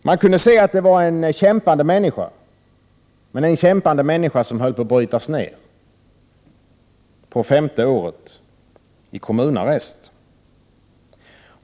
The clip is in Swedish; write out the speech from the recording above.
Man kunde se att det var en kämpande människa, men en kämpande människa som höll på att brytas ner — på femte året i kommunarrest.